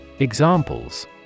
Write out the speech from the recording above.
Examples